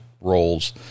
roles